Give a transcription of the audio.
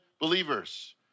believers